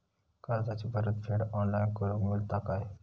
कर्जाची परत फेड ऑनलाइन करूक मेलता काय?